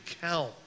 count